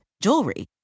jewelry